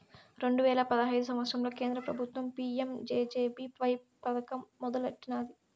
రెండు వేల పదహైదు సంవత్సరంల కేంద్ర పెబుత్వం పీ.యం జె.జె.బీ.వై పదకం మొదలెట్టినాది